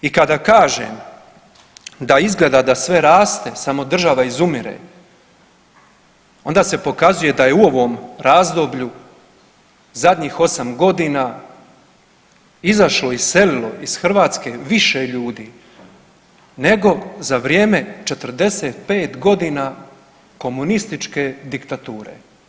I kada kažem da izgleda da sve raste, samo država izumire, onda se pokazuje da je u ovom razdoblju zadnjih 8 godina izašlo, iselilo iz Hrvatske više ljudi nego za vrijeme 45 godina komunističke diktature.